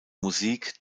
musik